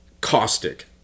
caustic